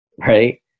right